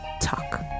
talk